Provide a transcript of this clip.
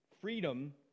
freedom